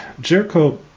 Jericho